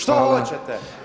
Što hoćete?